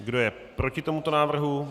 Kdo je proti tomuto návrhu?